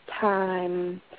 time